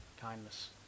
kindness